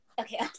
Okay